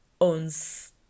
owns